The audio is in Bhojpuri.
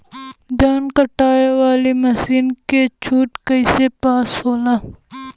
धान कांटेवाली मासिन के छूट कईसे पास होला?